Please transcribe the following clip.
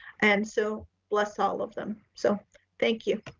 and so bless all of them. so thank you.